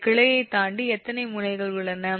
இந்த கிளையைத் தாண்டி எத்தனை முனைகள் உள்ளன